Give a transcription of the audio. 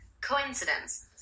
Coincidence